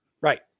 Right